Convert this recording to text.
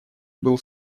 был